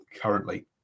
currently